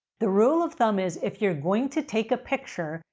the rule of thumb is if you're going to take a picture,